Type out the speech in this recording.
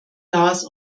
las